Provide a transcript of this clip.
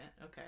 okay